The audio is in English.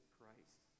Christ